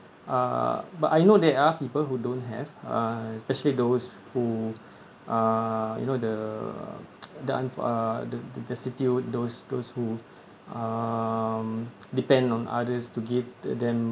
uh but I know there are people who don't have uh especially those who are you know the the unf~ uh the the destitute those those who um depend on others to give the them